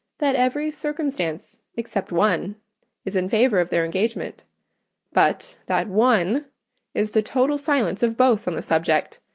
that every circumstance except one is in favour of their engagement but that one is the total silence of both on the subject,